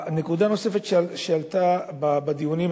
נקודה נוספת שעלתה בדיונים,